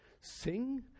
Sing